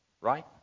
right